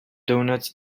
donuts